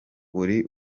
uri